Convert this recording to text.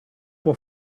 può